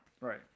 right